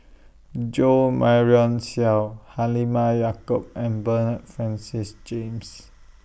Jo Marion Seow Halimah Yacob and Bernard Francis James